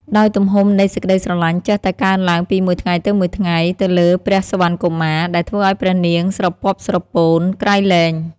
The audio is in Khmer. ដោយទំហំនៃសេចក្តីស្រឡាញ់ចេះតែកើនឡើងពីមួយថ្ងៃទៅមួយថ្ងៃទៅលើព្រះសុវណ្ណកុមារ ដែលធ្វើឱ្យព្រះនាងស្រពាប់ស្រពោនក្រៃលែង។